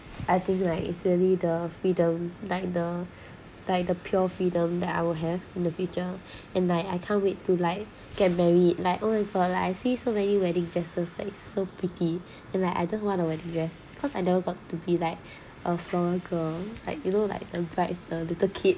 I think like it's really the freedom like the like the pure freedom that I will have in the future and I I can't wait to like get married like only for like I see so many wedding dresses like so pretty and like I just want the wedding dress cause I never got to be like a floral girl like you know like the bride's the little kid